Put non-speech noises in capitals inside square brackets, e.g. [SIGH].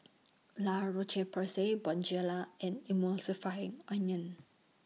La Roche Porsay Bonjela and [UNINTELLIGIBLE]